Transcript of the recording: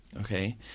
Okay